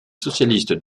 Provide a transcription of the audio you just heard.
socialiste